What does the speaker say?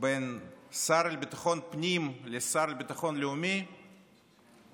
בין שר לביטחון פנים לשר לביטחון לאומי הבנתי,